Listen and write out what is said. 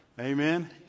Amen